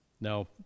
Now